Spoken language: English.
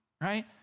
right